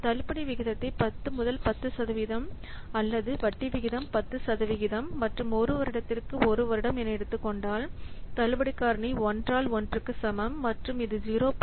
தள்ளுபடி வீதத்தை 10 முதல் 10 சதவிகிதம் அல்லது வட்டி விகிதம் 10 சதவிகிதம் மற்றும் 1 வருடத்திற்கு 1 வருடம் என எடுத்துக் கொண்டால் தள்ளுபடி காரணி 1 ஆல் 1 க்கு சமம் மற்றும் இது 0